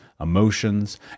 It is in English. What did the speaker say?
emotions